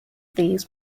these